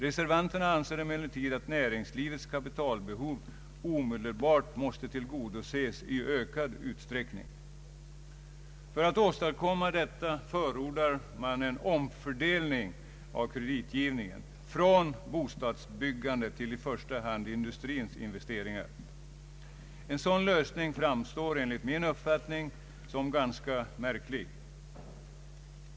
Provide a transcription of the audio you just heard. Reservanterna anser emellertid att näringslivets kapitalbehov omedelbart måste tillgodoses i ökad utsträckning. För att åstadkomma detta förordar man en omfördelning av kreditgivningen från bostadsbyggandet till i första hand industrins investeringar. En sådan lösning framstår enligt min uppfattning som ganska märklig.